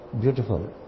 beautiful